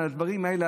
על הדברים האלה,